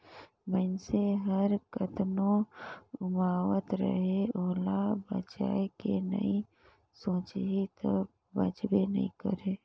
मइनसे हर कतनो उमावत रहें ओला बचाए के नइ सोचही त बांचबे नइ करे